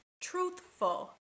Truthful